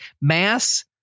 mass